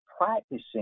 practicing